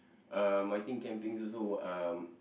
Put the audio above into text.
um I think camping also will um